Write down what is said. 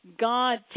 God